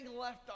left